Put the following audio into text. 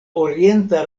orienta